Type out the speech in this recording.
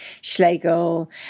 Schlegel